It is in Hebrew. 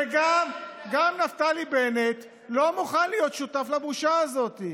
וגם נפתלי בנט לא מוכן להיות שותף לבושה הזאת.